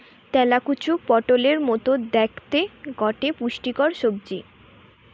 তেলাকুচা পটোলের মতো দ্যাখতে গটে পুষ্টিকর সবজি